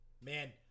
man